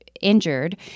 injured